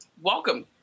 Welcome